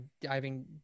diving